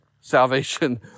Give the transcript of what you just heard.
salvation